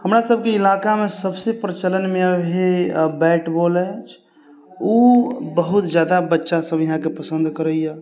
हमरासभके इलाकामे सभसँ प्रचलनमे अभी बैट बॉल अछि ओ बहुत ज्यादा बच्चासभ यहाँके पसन्द करैए